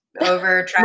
over